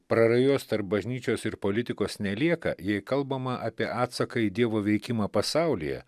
prarajos tarp bažnyčios ir politikos nelieka jei kalbama apie atsaką į dievo veikimą pasaulyje